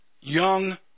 young